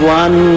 one